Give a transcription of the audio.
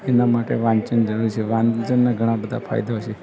એના માટે વાંચન જરૂરી છે વાંચનના ઘણાં બધાં ફાયદા છે